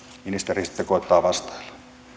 ministeri sitten koettaa vastailla